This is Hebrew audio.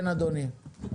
כן, אדוני.